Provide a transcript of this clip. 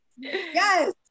yes